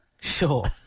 Sure